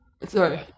sorry